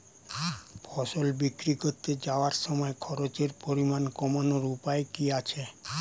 ফসল বিক্রি করতে যাওয়ার সময় খরচের পরিমাণ কমানোর উপায় কি কি আছে?